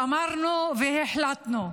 אמרנו והחלטנו?